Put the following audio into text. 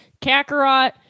Kakarot